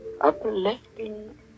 uplifting